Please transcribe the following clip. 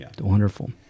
Wonderful